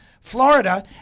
Florida